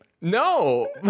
No